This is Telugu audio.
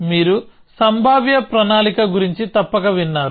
మీరు సంభావ్య ప్రణాళిక గురించి తప్పక విన్నారు